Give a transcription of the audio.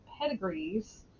Pedigrees